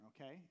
okay